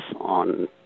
on